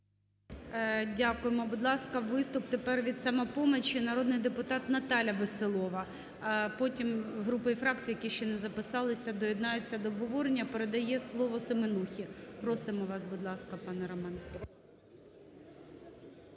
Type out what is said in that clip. Дякуємо. Будь ласка, виступ тепер від "Самопомочі". Народний депутат Наталія Веселова. А потім групи і фракції, які ще не записалися, доєднаються до обговорення. Передає слово Семенухе. Просимо вас, будь ласка, пане Романе.